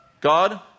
God